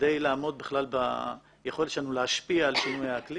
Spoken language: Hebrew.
כדי לעמוד בכלל ביכולת שלנו להשפיע על שינוי האקלים